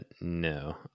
no